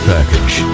Package